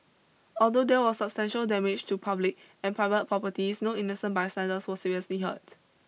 although there was substantial damage to public and private properties no innocent bystanders was seriously hurt